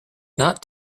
not